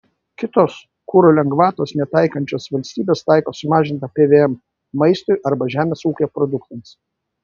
kitos kuro lengvatos netaikančios valstybės taiko sumažintą pvm maistui arba žemės ūkio produktams